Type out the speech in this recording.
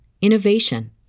innovation